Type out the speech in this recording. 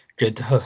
Good